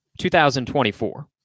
2024